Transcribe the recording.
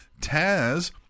Taz